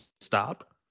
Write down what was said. stop